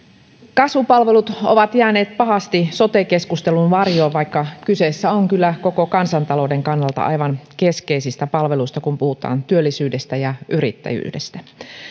kasvupalvelut ovat jääneet pahasti sote keskustelun varjoon vaikka kyse on kyllä koko kansantalouden kannalta aivan keskeisistä palveluista kun puhutaan työllisyydestä ja yrittäjyydestä